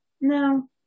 No